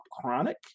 chronic